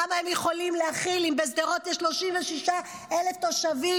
כמה הם יכולים להכיל אם בשדרות יש 36,000 תושבים?